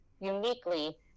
uniquely